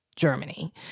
Germany